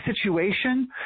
situation